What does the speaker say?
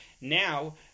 Now